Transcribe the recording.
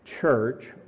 church